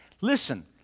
Listen